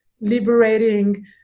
liberating